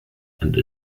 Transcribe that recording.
and